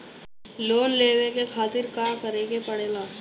Loan लेवे के खातिर का करे के पड़ेला?